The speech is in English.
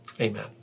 Amen